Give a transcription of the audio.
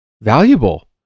valuable